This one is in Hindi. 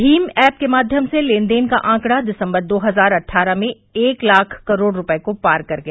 भीम ऐप के माध्यम से लेन देन का आंकड़ा दिसंबर दो हजार अट्वारह में एक लाख करोड़ रुपये को पार कर गया